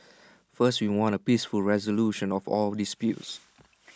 first we want A peaceful resolution of all disputes